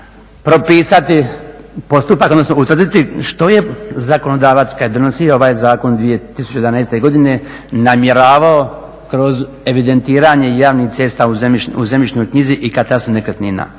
propisati postupak, odnosno utvrditi što je zakonodavac kad je donosio ovaj zakon 2011. godine namjeravao kroz evidentiranje javih cesta u zemljišnoj knjizi i katastru nekretnina.